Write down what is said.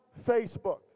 Facebook